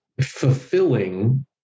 fulfilling